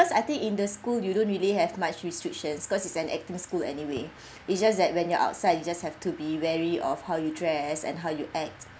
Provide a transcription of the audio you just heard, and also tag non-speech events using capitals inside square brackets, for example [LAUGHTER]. I think in the school you don't really have much restrictions cause is an acting school anyway [BREATH] it's just that when you're outside you just have to be wary of how you dress and how you act